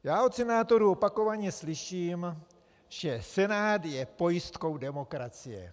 Já od senátorů opakovaně slyším, že Senát je pojistkou demokracie.